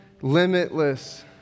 limitless